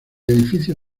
edificio